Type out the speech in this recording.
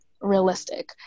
realistic